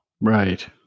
right